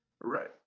Right